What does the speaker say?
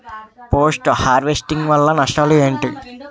Post harvesting వల్ల నష్టాలు ఏంటి?